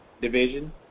division